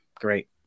Great